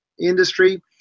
Industry